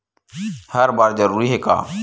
हर बार जरूरी हे का?